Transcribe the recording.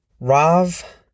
Rav